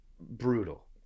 brutal